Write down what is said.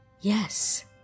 Yes